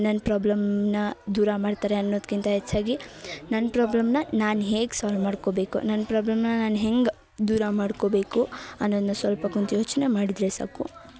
ನನ್ ಪ್ರಾಬ್ಲಮ್ನ ದೂರ ಮಾಡ್ತರೆ ಅನ್ನೋದ್ಕಿಂತ ಎಚ್ಚಾಗಿ ನನ್ ಪ್ರಾಬ್ಲಮ್ನ ನಾನ್ ಹೇಗ್ ಸಾಲ್ವ್ ಮಾಡ್ಕೊಬೇಕು ನನ್ ಪ್ರಾಬ್ಲಮ್ನ ನಾನ್ ಹೆಂಗ್ ದೂರ ಮಾಡ್ಕೊಬೇಕು ಅನ್ನೋದ್ನ ಸೊಲ್ಪ ಕುಂತ್ ಯೋಚ್ನೆ ಮಾಡಿದ್ರೆ ಸಾಕು